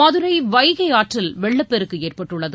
மதுரை வைகை ஆற்றில் வெள்ளப் பெருக்கு ஏற்பட்டுள்ளது